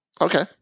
Okay